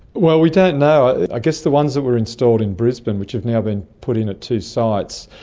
well, we don't know. i guess the ones that were installed in brisbane which have now been put in at two sites,